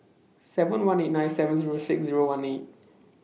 seven one eight nine seven Zero six Zero one eight